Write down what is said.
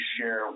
share